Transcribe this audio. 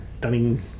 Dunning